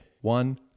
One